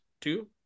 two